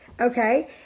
Okay